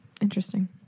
Interesting